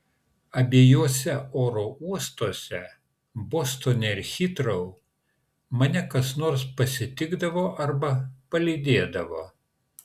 abiejuose oro uostuose bostone ir hitrou mane kas nors pasitikdavo arba palydėdavo